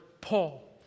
Paul